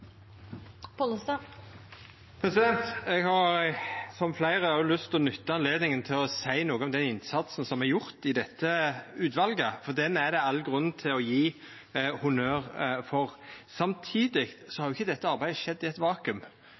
Eg har som fleire lyst til å nytta anledninga til å seia noko om den innsatsen som er gjord i dette utvalet, for den er det all grunn til å gje honnør for. Samtidig har ikkje dette arbeidet skjedd i eit